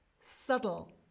Subtle